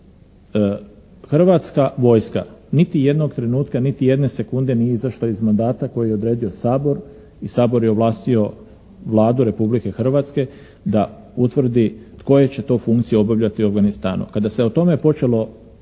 Hrvatska vojska niti jednog trenutka, niti jedne sekunde nije izašla iz mandata koji je odredio Sabor i Sabor je ovlastio Vladu Republike Hrvatske da utvrdi koje će to funkcije obavljati u Afganistanu. Kada se o tome počelo